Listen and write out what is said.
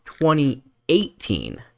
2018